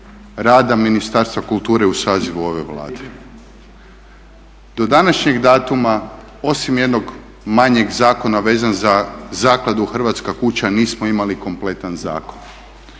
rada Ministarstva kulture u sazivu ove Vlade. Do današnjeg datuma osim jednog manjeg zakona vezanog za Zakladu Hrvatska kuća nismo imali kompletan zakon.